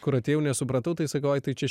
kur atėjau nesupratau tai sakau ai tai čia